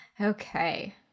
okay